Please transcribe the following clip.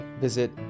visit